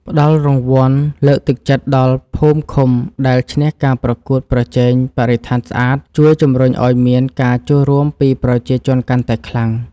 ផ្ដល់រង្វាន់លើកទឹកចិត្តដល់ភូមិឃុំដែលឈ្នះការប្រកួតប្រជែងបរិស្ថានស្អាតជួយជម្រុញឱ្យមានការចូលរួមពីប្រជាជនកាន់តែខ្លាំង។